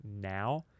now